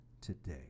today